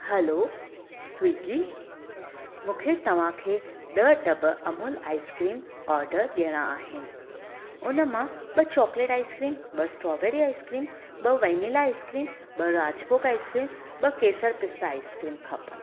हलो Swiggy मूंखे तव्हांखे ॾह टब अमूल आईस्क्रीम ऑडर ॾियणा आहिनि हुन मां ॿ चाकलेट आईस्क्रीम ॿ स्ट्रोबेरी आईस्क्रीम ॿ वनीला आईस्क्रीम ॿ राजभोग आईस्क्रीम ॿ केसर पिस्ता आईस्क्रीम खपेनि